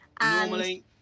Normally